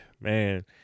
man